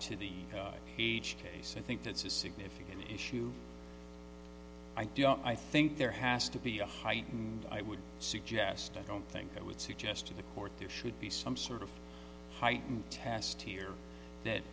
to the age case i think that's a significant issue i do i think there has to be a heightened i would suggest i don't think i would suggest to the court there should be some sort of heightened test here that